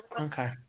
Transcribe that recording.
Okay